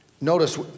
notice